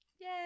Yay